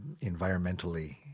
environmentally